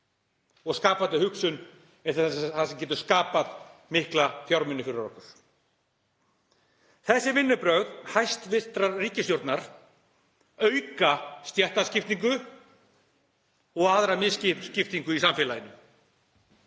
en skapandi hugsun er það sem getur skapað mikla fjármuni fyrir okkur. Þessi vinnubrögð hæstv. ríkisstjórnar auka stéttaskiptingu og aðra misskiptingu í samfélaginu.